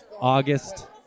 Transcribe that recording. August